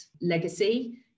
legacy